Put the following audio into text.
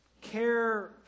Care